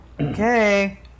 Okay